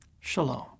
Shalom